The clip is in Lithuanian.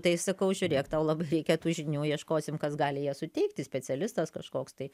tai sakau žiūrėk tau labai reikia tų žinių ieškosim kas gali jas suteikti specialistas kažkoks tai